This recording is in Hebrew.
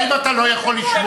האם אתה לא יכול לשמוע,